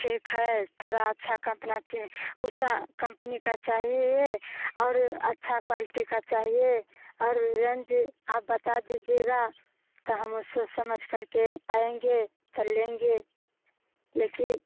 ठीक है थोड़ी अच्छी कम्पना की उस कम्पनी का चाहिए और अच्छा क्वालटी का चाहिए और रेंज आप बता दीजिएगा तो हम उस समझ कर के आएंगे फिर लेंगे लेकिन